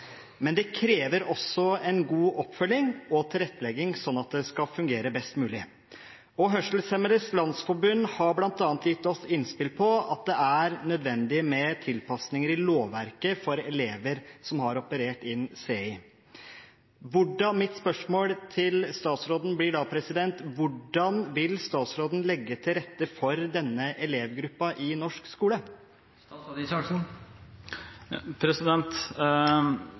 men det krever også en god oppfølging og tilrettelegging for at det skal fungere best mulig. Hørselshemmedes Landsforbund har bl.a. gitt oss innspill om at det er nødvendig med tilpasninger i lovverket for elever som har operert inn CI. Mitt spørsmål til statsråden blir da: Hvordan vil statsråden legge til rette for denne elevgruppen i norsk skole?